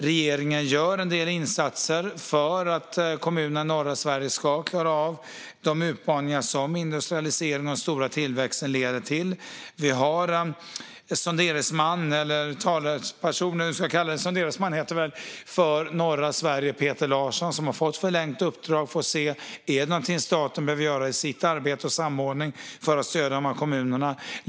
Regeringen gör en del insatser för att kommunerna i norra Sverige ska klara av de utmaningar som industrialiseringen och den stora tillväxten leder till. Vi har en sonderingsman för norra Sverige, Peter Larsson, som har fått ett förlängt uppdrag för att se om staten behöver göra något i fråga om samordning för att stödja de här kommunerna.